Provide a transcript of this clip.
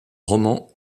roman